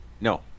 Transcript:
No